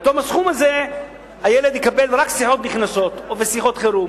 ובתום הסכום הזה הילד יקבל רק שיחות נכנסות ושיחות חירום.